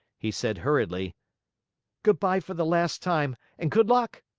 he said hurriedly good-by for the last time, and good luck.